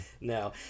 No